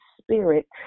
spirit